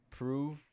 prove